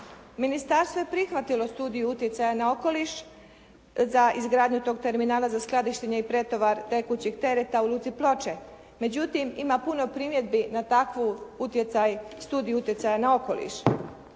Ministarstvo je prihvatilo studij utjecaja na okoliš za izgradnju tog terminala za skladištenje i pretovar tekućih tereta u luci Ploče. Međutim ima puno primjedbi na takvu utjecaj, studij utjecaja na okoliš.